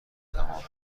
تمام